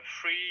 free